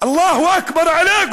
אללה אכבר על כל מי שמלכלך ונוהג בעריצות,